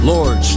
Lord